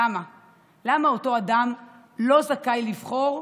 למה אותו אדם לא זכאי לבחור